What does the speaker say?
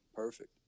Perfect